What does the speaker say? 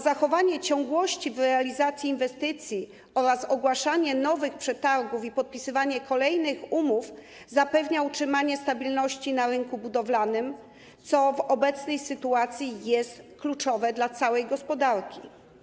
Zachowanie ciągłości w realizacji inwestycji oraz ogłaszanie nowych przetargów i podpisywanie kolejnych umów zapewnia utrzymanie stabilności na rynku budowlanym, co w obecnej sytuacji jest kluczowe dla całej gospodarki.